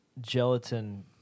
gelatin